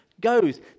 goes